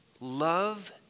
love